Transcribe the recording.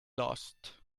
lost